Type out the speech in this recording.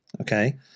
Okay